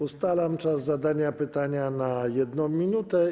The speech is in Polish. Ustalam czas zadania pytania na 1 minutę.